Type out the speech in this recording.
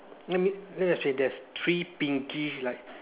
let me let me explain there's three pinkish like